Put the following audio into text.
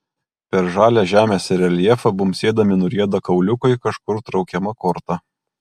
per žalią žemės reljefą bumbsėdami nurieda kauliukai kažkur traukiama korta